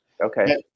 Okay